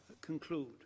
conclude